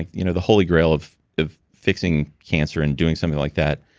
you know the holy grail of of fixing cancer and doing something like that,